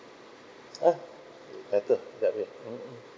ah better got it mmhmm